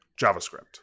JavaScript